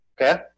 Okay